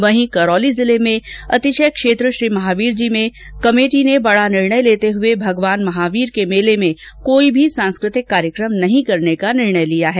वहीं करौली जिले में अतिशय क्षेत्र श्री महावीरजी कमेटी ने बडा निर्णय लेते हुए भगवान महावीर के मेले में कोई भी सांस्कृतिक कार्यक्रम नहीं करने का निर्णय लिया है